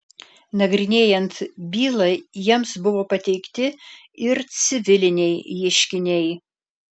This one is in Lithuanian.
nagrinėjant bylą jiems buvo pateikti ir civiliniai ieškiniai